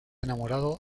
enamorado